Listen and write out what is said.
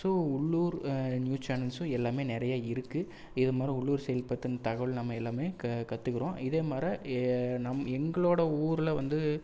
so உள்ளூர் news சேனல்ஸும் எல்லாமே நிறையா இருக்குது இதுமாதிரி உள்ளூர் செய்தி பற்றின தகவல் நம்ம எல்லாமே கத்துக்கிறோம் இதேமாரி எங்களோடய ஊரில் வந்து